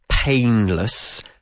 painless